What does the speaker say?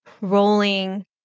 rolling